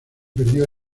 perdió